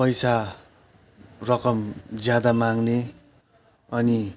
पैसा रकम ज्यादा माग्ने अनि